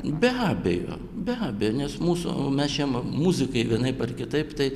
be abejo be abejo nes mūsų mes šeima muzikai vienaip ar kitaip tai